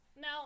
now